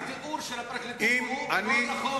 התיאור של הפרקליטות הוא לא נכון.